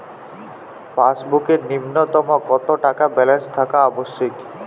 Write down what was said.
পাসবুকে ন্যুনতম কত টাকা ব্যালেন্স থাকা আবশ্যিক?